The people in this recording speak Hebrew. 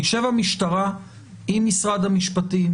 תשב המשטרה עם משרד המשפטים,